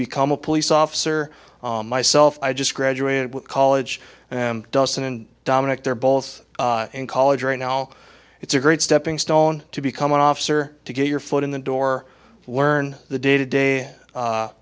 become a police officer myself i just graduated college and doesn't and dominic they're both in college right now it's a great stepping stone to become an officer to get your foot in the door learn the day to day